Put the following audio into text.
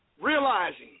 realizing